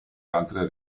altre